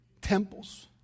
temples